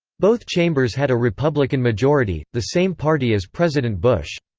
both chambers had a republican majority, the same party as president bush.